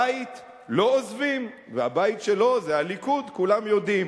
בית לא עוזבים, והבית שלו זה הליכוד, כולם יודעים.